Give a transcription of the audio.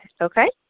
Okay